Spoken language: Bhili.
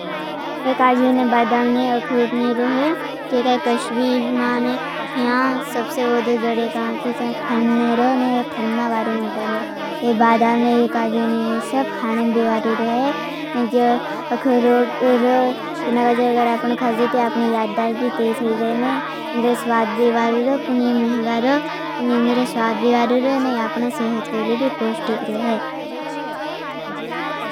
इनकाजियों ने बादाम ने अहुलू ने रहे। जो ऐके कश्वीर मा ने इहां सबसे उदद जड़े गां की ज़हां थनने रहै। और थनमा बारे मता रहै। ये बादाम ने एकाजियों ने ये सब खाने में बेवारे रहे उछ अखलू रहे। केना काज अगर आपना खाजे। ते आपने याधाज भी तेस है। जाएने इन्हेर स्वाद बेवारो रो। पूनिय महींगा रो पूनिय इन्हेर श्वाद बेवारो रो। ना आपना सेहेथ केले भी पोष्टीख रहे।